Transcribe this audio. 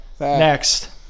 Next